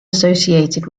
associated